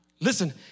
Listen